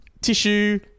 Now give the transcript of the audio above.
tissue